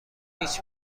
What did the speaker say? هیچ